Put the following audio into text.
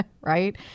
Right